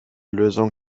lösung